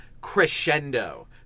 crescendo